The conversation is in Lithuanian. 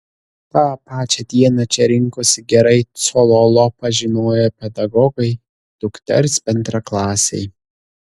tą pačią dieną čia rinkosi gerai cololo pažinoję pedagogai dukters bendraklasiai